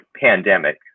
pandemic